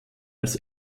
als